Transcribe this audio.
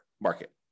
market